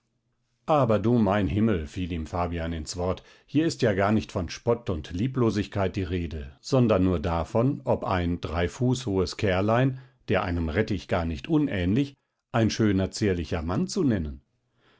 aber du mein himmel fiel ihm fabian ins wort hier ist ja gar nicht von spott und lieblosigkeit die rede sondern nur davon ob ein drei fuß hohes kerlein der einem rettich gar nicht unähnlich ein schöner zierlicher mann zu nennen